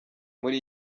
muri